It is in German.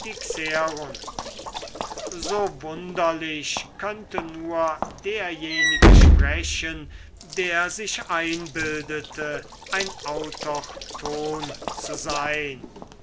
so wunderlich könnte nur derjenige sprechen der sich einbildete ein autochthon zu sein